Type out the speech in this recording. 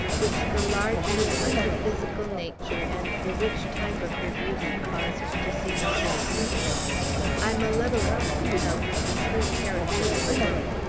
which the largeness of her physical nature and the rich type of her beauty caused to seem so suitable i malevolently beheld the true character of the woman,